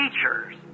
teachers